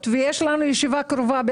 כולנו יודעים שיהיה קיצוץ רוחבי.